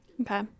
Okay